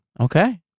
Okay